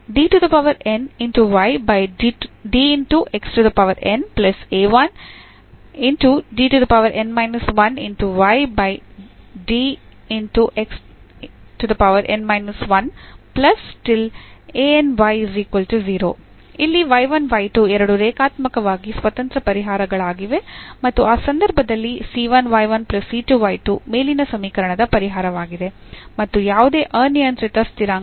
ಇಲ್ಲಿ ಎರಡು ರೇಖಾತ್ಮಕವಾಗಿ ಸ್ವತಂತ್ರ ಪರಿಹಾರಗಳಾಗಿವೆ ಮತ್ತು ಆ ಸಂದರ್ಭದಲ್ಲಿ ಮೇಲಿನ ಸಮೀಕರಣದ ಪರಿಹಾರವಾಗಿದೆ ಮತ್ತು ಯಾವುದೇ ಅನಿಯಂತ್ರಿತ ಸ್ಥಿರಾಂಕ ಮತ್ತು